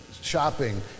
shopping